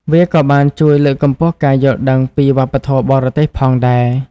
វាក៏បានជួយលើកកម្ពស់ការយល់ដឹងពីវប្បធម៌បរទេសផងដែរ។